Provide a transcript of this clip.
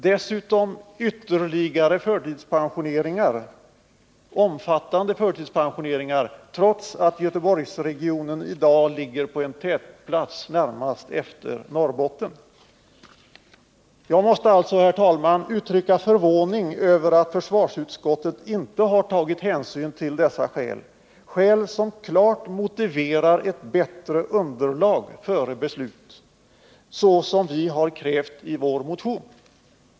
Dessutom tillkommer ytterligare omfattande förtidspensioneringar —trots att Göteborgsregionen i dag ligger på en tätplats, närmast efter Norrbotten. Jag måste alltså, herr talman, uttrycka förvåning över att försvarsutskottet inte har tagit hänsyn till dessa skäl — skäl som klart motiverar ett bättre underlag före beslut såsom vi har krävt i vår motion.